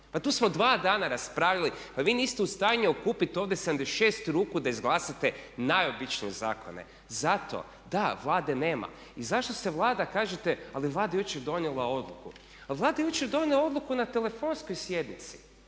Pa tu smo dva dana raspravljali. Pa vi niste u stanju okupiti ovdje 76 ruku da izglasate najobičnije zakone. Zato da Vlade nema. I zašto se Vlada kažete, ali Vlada je jučer donijela odluku. Ali Vlada je jučer donijela odluku na telefonskoj sjednici.